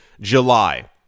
July